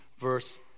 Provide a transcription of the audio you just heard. verse